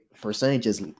percentages